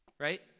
Right